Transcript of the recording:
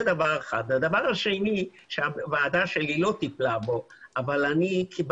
הדבר השני שהוועדה שלי לא טיפלה בו אבל לפי